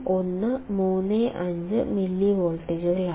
0135 മില്ലിവോൾട്ടുകളാണ്